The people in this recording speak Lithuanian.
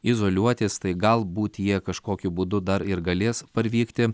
izoliuotis tai galbūt jie kažkokiu būdu dar ir galės parvykti